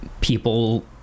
people